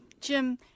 Jim